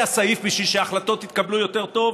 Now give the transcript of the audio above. סעיף בשביל שהחלטות יתקבלו יותר טוב,